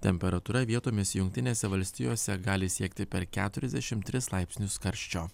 temperatūra vietomis jungtinėse valstijose gali siekti per keturiasdešim tris laipsnius karščio